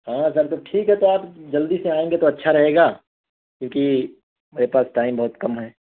ہاں سر تو ٹھیک ہے تو آپ جلدی سے آئیں گے تو اچھا رہے گا کیونکہ میرے پاس ٹائم بہت کم ہے